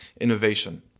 innovation